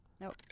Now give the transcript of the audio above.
Nope